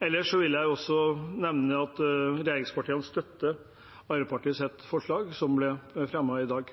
vil jeg også nevne at regjeringspartiene støtter Arbeiderpartiets forslag, som ble fremmet i dag.